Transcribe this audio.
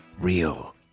Real